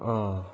अँ